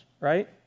right